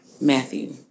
Matthew